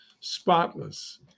spotless